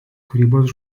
kūrybos